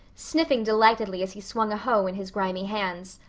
sniffing delightedly as he swung a hoe in his grimy hands.